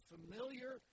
familiar